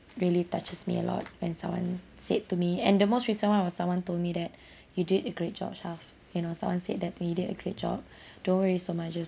really touches me a lot when someone said to me and the most recent one was someone told me that you did a great job shaf you know someone said that to me we did a great job don't worry so much just